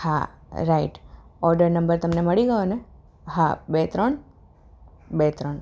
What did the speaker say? હા right order number તમને મળી ગયો ને હા બે ત્રણ બે ત્રણ